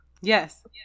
Yes